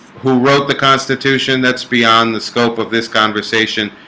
who wrote the constitution that's beyond the scope of this conversation